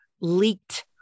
leaked